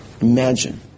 imagine